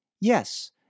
Yes